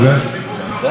שכחת.